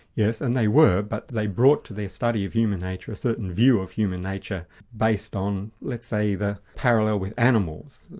yes, and they were, but they brought to their study of human nature a certain view of human nature based on, let's say, the parallel with animals.